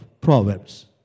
Proverbs